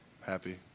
happy